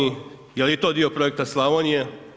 Jel i to dio projekta Slavonija?